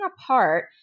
apart